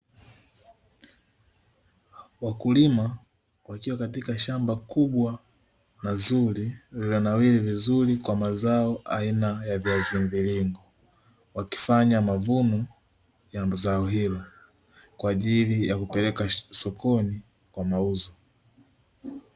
Wakulima wakiwa katika shamba kubwa na zuri lililonawiri vizuri kwa mazao aina ya viazi mviringo, wakifanya mavuno ya zao hilo kwa ajili ya kupeleka sokoni kwa mauzo.